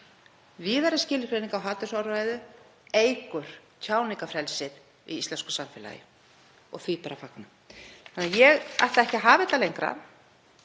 víðari skilgreining á hatursorðræðu eykur tjáningarfrelsið í íslensku samfélagi og því ber að fagna. Ég ætla ekki að hafa þetta lengra.